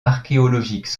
archéologiques